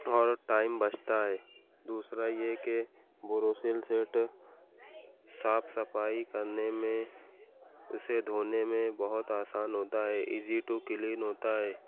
اور ٹائم بچتا ہے دوسرا یہ کہ بوروسیل سیٹ صاف صفائی کرنے میں اسے دھونے میں بہت آسان ہوتا ہے ایزی ٹو کلین ہوتا ہے